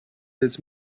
his